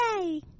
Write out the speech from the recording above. Yay